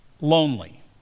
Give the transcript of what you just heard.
lonely